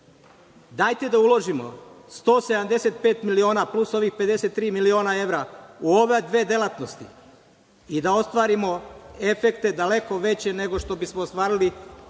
Dajte da uložimo 175 miliona, plus ovih 53 miliona evra u ove dve delatnosti i da ostvarimo efekte daleko veće nego što bismo ostvarili darujući